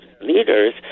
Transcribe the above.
leaders